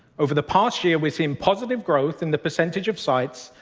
over the past year, we've seen positive growth in the percentage of sites,